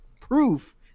proof